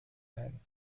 ein